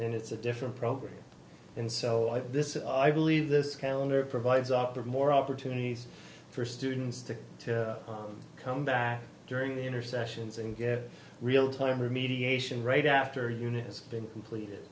and it's a different program and so this is i believe this calendar provides up to more opportunities for students to come back during the intercessions and get real time remediation right after unit has been completed